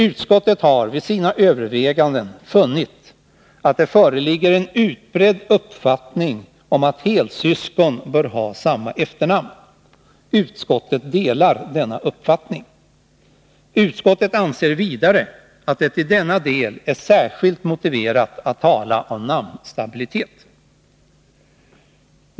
Utskottet har vid sina överväganden funnit att det föreligger en utbredd uppfattning om att helsyskon bör ha samma efternamn. Utskottet delar denna uppfattning. Utskottet anser vidare att det i denna del är särskilt motiverat att tala om namnstabilitet.